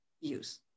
use